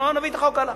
לא נביא את החוק הלאה.